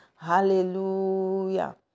Hallelujah